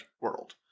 world